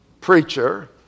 preacher